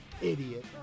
Idiot